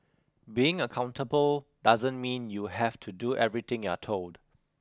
being accountable doesn't mean you have to do everything you're told